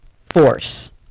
force